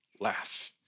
laugh